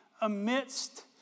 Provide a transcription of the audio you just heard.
amidst